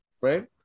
right